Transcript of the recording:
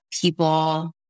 people